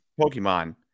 Pokemon